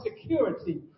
security